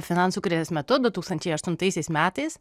finansų krizės metu du tūkstančiai aštuntaisiais metais